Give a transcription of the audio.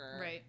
Right